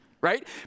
right